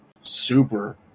super